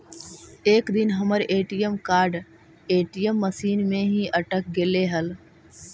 एक दिन हमर ए.टी.एम कार्ड ए.टी.एम मशीन में ही अटक गेले हल